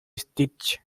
stitch